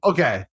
Okay